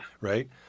right